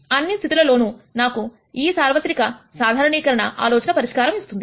అన్ని స్థితులలో నాకు కు ఈ సార్వత్రిక సాధారణీకరణ ఆలోచన పరిష్కారం ఇస్తుంది